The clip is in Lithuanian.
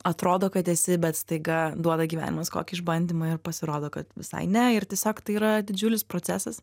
atrodo kad esi bet staiga duoda gyvenimas kokį išbandymą ir pasirodo kad visai ne ir tiesiog tai yra didžiulis procesas